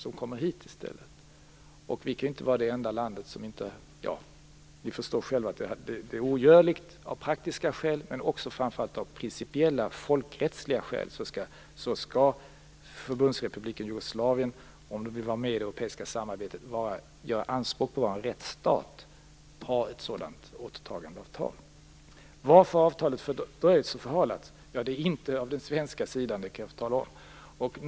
Ni förstår säkert själva att det är ogörligt att ta emot dem av praktiska skäl. Men framför allt av principiella folkrättsliga skäl skall man i Förbundsrepubliken Jugoslavien, om man vill vara med i det europeiska samarbetet och göra anspråk på att vara en rättsstat, acceptera ett sådant återtagandeavtal. Varför har avtalet fördröjts och förhalats? Ja, inte har det gjorts av den svenska sidan, det kan jag tala om.